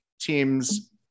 teams